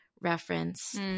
reference